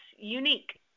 unique